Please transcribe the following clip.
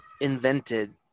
invented